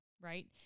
right